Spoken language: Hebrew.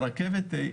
ברכבת,